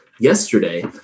yesterday